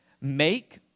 Make